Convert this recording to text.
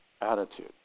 attitude